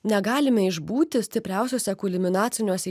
negalime išbūti stipriausiose kulminaciniuose